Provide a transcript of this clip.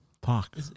Park